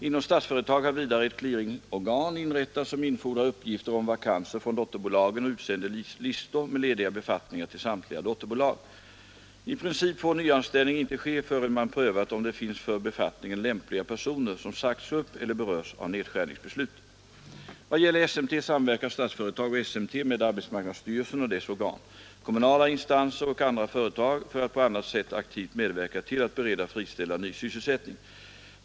Inom Statsföretag har vidare ett clearingorgan inrättats som infordrar uppgifter om vakanser från dotterbolagen och utsänder listor med lediga befattningar till samtliga dotterbolag. I princip får nyanställning inte ske förrän man prövat om det finns för befattningen lämpliga personer, som sagts upp eller berörs av nedskärningsbeslut. Vad gäller SMT samverkar Statsföretag och SMT med arbetsmarknadsstyrelsen och dess organ, kommunala instanser och andra företag för att på annat sätt aktivt medverka till att bereda friställda ny sysselsättning.